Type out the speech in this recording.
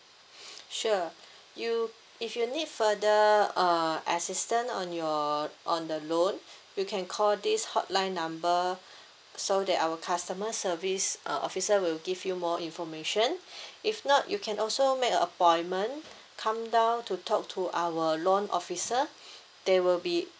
sure you if you need further uh assistant on your on the loan you can call this hotline number so that our customer service uh officer will give you more information if not you can also make a appointment come down to talk to our loan officer they will be